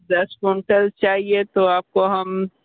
दस कुंटल चाहिए तो आपको हम